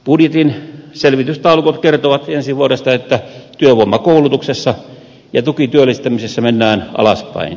budjetin selvitystaulukot kertovat ensi vuodesta että työvoimakoulutuksessa ja tukityöllistämisessä mennään alaspäin